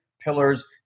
pillars